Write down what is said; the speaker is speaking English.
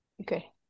Okay